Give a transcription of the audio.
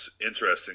interesting